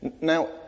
Now